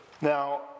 Now